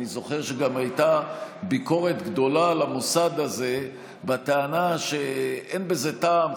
אני זוכר שגם הייתה ביקורת גדולה על המוסד הזה בטענה שאין בזה טעם,